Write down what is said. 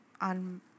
on